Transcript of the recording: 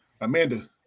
Amanda